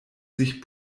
sich